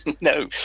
no